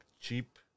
cheap